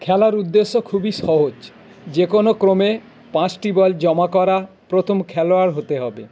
খেলার উদ্দেশ্য খুবই সহজ যে কোনো ক্রমে পাঁচটি বল জমা করা প্রথম খেলোয়াড় হতে হবে